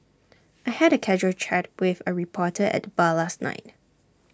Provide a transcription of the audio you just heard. I had A casual chat with A reporter at the bar last night